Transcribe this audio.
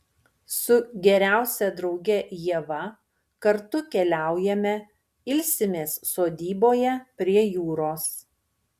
su geriausia drauge ieva kartu keliaujame ilsimės sodyboje prie jūros